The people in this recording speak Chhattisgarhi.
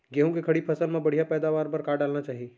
गेहूँ के खड़ी फसल मा बढ़िया पैदावार बर का डालना चाही?